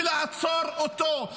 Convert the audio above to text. ולעצור אותו.